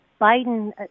Biden